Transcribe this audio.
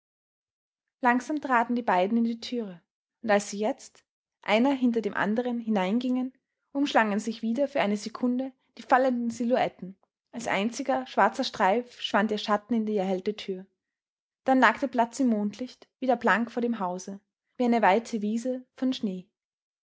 langsam traten die beiden in die türe und als sie jetzt einer hinter dem anderen hineingingen umschlangen sich wieder für eine sekunde die fallenden silhouetten als einziger schwarzer streif schwand ihr schatten in die erhellte tür dann lag der platz im mondlicht wieder blank vor dem hause wie eine weite wiese von schnee